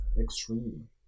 extreme